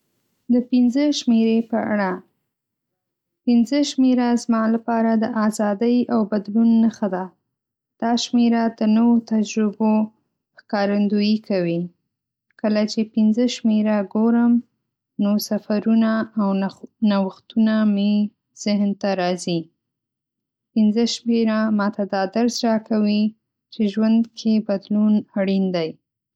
د ۵ شمېرې په اړه: ۵ شمېره زما لپاره د ازادۍ او بدلون نښه ده. دا شمېره د نوو تجربو ښکارندويي کوي. کله چې ۵ شمېره ګورم، نو سفرونه او نوښتونه مې ذهن ته راځي. ۵شمېره ماته دا درس راکوي چې ژوند کې بدلون اړین دی.